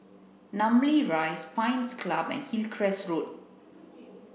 Namly Rise Pines Club and Hillcrest Road